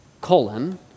colon